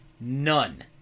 None